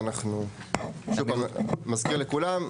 ושוב אני מזכיר לכולם,